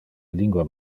lingua